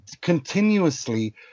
continuously